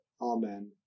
Amen